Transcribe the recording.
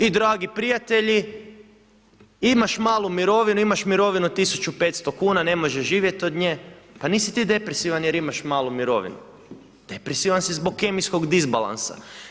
I dragi prijatelji, imaš malu mirovinu, imaš mirovinu od 1500 kn, ne možeš živjeti od nje, pa nisi ti depresivan jer imaš malu mirovinu, depresivan si zbog kemijskog disbalansa.